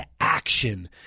action